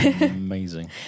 Amazing